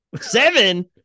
Seven